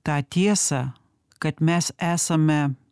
tą tiesą kad mes esame